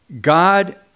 God